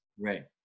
Right